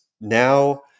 now